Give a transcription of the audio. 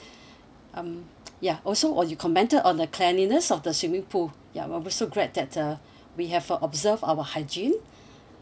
um ya also or you commented on the cleanliness of the swimming pool ya what we're so great that the we have observed our hygiene